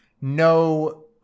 no